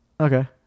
Okay